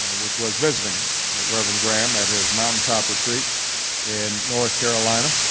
which was visiting rev. and graham at his mountaintop retreat in north carolina,